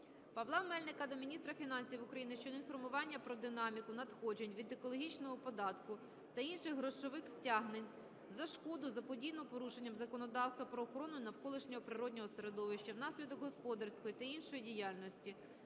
Павла Мельника до міністра фінансів України щодо інформування про динаміку надходжень від екологічного податку та інших грошових стягнень за шкоду, заподіяну порушенням законодавства про охорону навколишнього природного середовища внаслідок господарської та іншої діяльності,